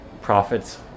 prophets